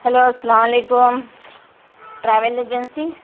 hello السلام علیکم travel agency